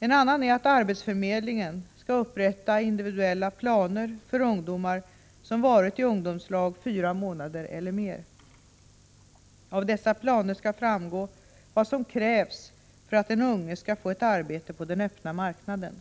En annan är att arbetsförmedlingen skall upprätta individuella planer för ungdomar som har varit i ungdomslag fyra månader eller mer. Av dessa planer skall framgå vad som krävs för att den unge skall få ett arbete på den öppna marknaden.